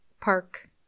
Park